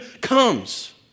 comes